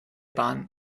bahn